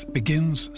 begins